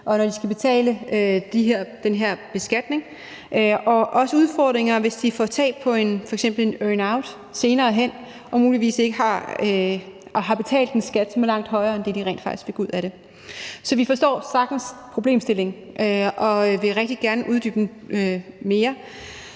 når de skal betale den her beskatning. De har også udfordringer, hvis de får tab på f.eks. en earnout senere hen og muligvis har betalt en skat, som er langt højere end det, de rent faktisk fik ud af det. Så vi kan sagtens forstå problemstillingen, og vi vil rigtig gerne uddybe den mere,